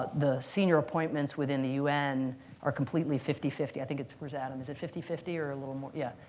the senior appointments within the un are completely fifty fifty. i think it's where's adam? is it fifty fifty or a little more yeah,